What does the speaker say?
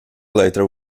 later